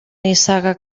nissaga